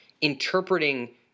interpreting